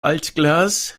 altglas